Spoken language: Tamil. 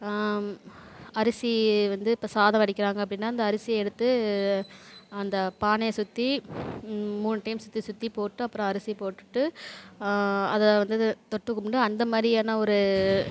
அரிசி வந்து இப்போ சாதம் வடிக்கிறாங்க அப்படின்னா அந்த அரிசியை எடுத்து அந்த பானையை சுற்றி மூணு டைம் சுற்றி சுற்றி போட்டு அப்புறம் அரிசி போட்டுட்டு அதை வந்து தொட்டு கும்பிட்டு அந்தமாதிரியான ஒரு